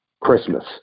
Christmas